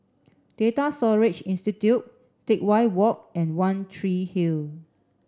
Data Storage Institute Teck Whye Walk and One Tree Hill